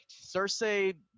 Cersei